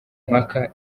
impaka